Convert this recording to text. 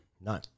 No